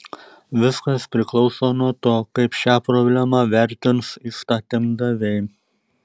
viskas priklauso nuo to kaip šią problemą vertins įstatymdaviai